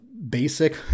basic